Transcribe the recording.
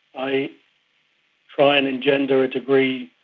i try and engender a degree,